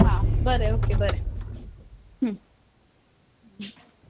हां बरें ओके बरें